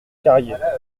carrier